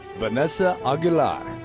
vanessa aguilar.